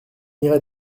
irai